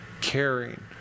caring